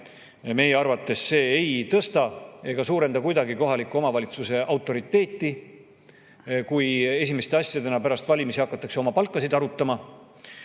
Meie arvates see ei tõsta ega suurenda kuidagi kohaliku omavalitsuse autoriteeti, kui esimese asjana pärast valimisi hakatakse oma palkasid arutama.